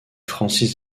francis